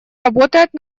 работает